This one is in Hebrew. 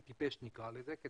נקרא לזה טלפון טיפש,